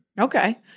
Okay